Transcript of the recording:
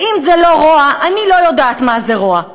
ואם זה לא רוע, אני לא יודעת מה זה רוע.